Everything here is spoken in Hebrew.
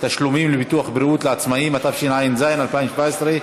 תשלומים לביטוח בריאות לעצמאים), התשע"ז 2017,